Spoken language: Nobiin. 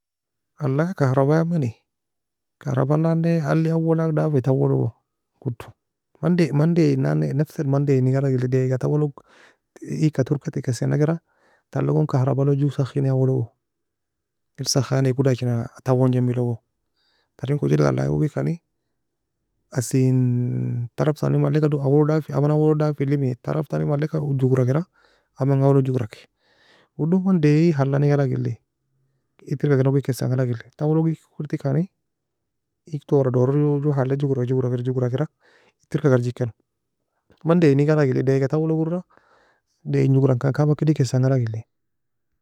غلاية karabaya meni, karaban'nanne alie aowe lak dafi tawoe logo, godoe. Man daie man aie nanne nefsel man daiene galag eli, daiega tawe log igka tourka tikessan'akira talogon karablo ju sahkini awolog, engir sakhaneko dachina tauen jenbilogo, tarin kochiel ghalayga okikani assien taraftani malaeka awolog aman owe log daffi elimi, taraftani maleka jograkera amanga awoelog gograke, udo man daie halane galag eli, ittirka ken okkikessan galag eli, tawoe log igka okir tekani ige toura dorog ju halaga jogra jogra kira, ittirka karjikeno. Man daieni galag eli, daiega tauelog ura, daieen jogrankan kabaka edikessn galag eli.